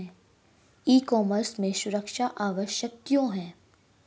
ई commerce में सुरक्षा आवश्यक क्यों है?